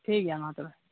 ᱴᱷᱤᱠ ᱜᱮᱭᱟ ᱢᱟ ᱛᱚᱵᱮ